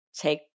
take